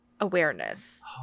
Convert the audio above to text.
Awareness